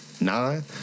Nine